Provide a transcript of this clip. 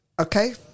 Okay